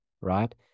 right